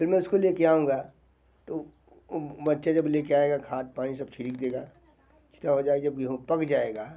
फिर मैं इसको ले कर आऊँगा तो वो बच्चा जब ले कर आएगा खाद पानी सब छिड़क देगा छींटा हो जाएगा जब गेहूँ पक जाएगा